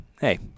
hey